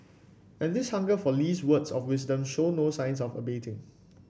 and this hunger for Lee's words of wisdom show no signs of abating